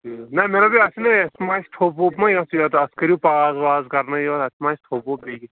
نہَ مےٚ دوٚپ یَتھ چھُ نا یتھ ما آسہِ تھوٚپ ووٚپ ما یَتھ یوٚت اَتھ کٔرِو پاز واز کَرنٲوِو یَتھ اَتھ ما آسہِ تھوٚپ ووٚپ بیٚیہِ